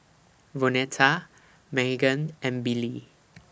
Vonetta Meghan and Billie